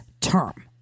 term